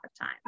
time